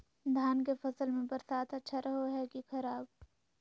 धान के फसल में बरसात अच्छा रहो है कि खराब?